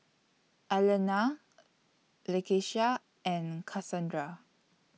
Alannah Lakeisha and Kasandra